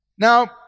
Now